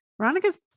Veronica's